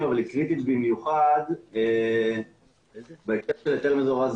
כאן זה יכול ליצור בלבול כי בהיתר מזורז